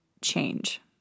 change